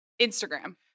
Instagram